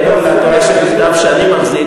מעבר לתורה שבכתב שאני מחזיק,